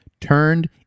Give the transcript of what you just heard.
turned